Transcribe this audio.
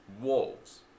Wolves